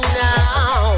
now